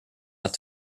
out